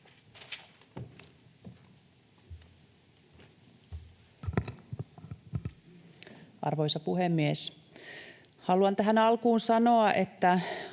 Arvoisa puhemies! Haluan tähän alkuun sanoa, että